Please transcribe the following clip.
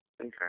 Okay